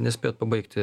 nespėjot pabaigti